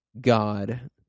God